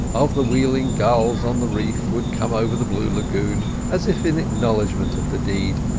of the wheeling gulls on the reef would come over the blue lagoon as if in acknowledgment of the deed,